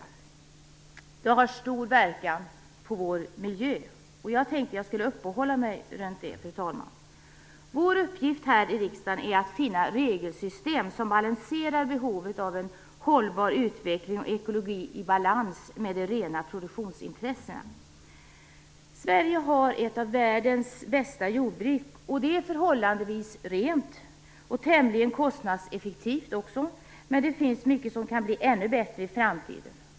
De areella näringarna har stor inverkan på vår miljö. Jag tänkte uppehålla mig kring detta. Vår uppgift här i riskdagen är att finns regelsystem som balanserar behovet av en hållbar utveckling och ekologi i balans med de rena produktionsintressena. Sverige har ett av världens bästa jordbruk. Det är förhållandevis rent och tämligen kostnadseffektivt, men det finns mycket som kan bli ännu bättre i framtiden.